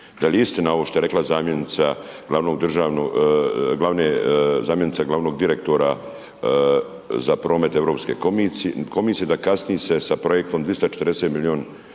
da li je istina ovo što je rekla zamjenica glavnog direktora za promet Europske komisije da kasni se sa projektom 240 milijuna